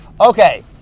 Okay